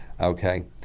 okay